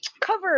Cover